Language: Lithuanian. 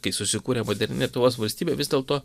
kai susikūrė moderni lietuvos valstybė vis dėlto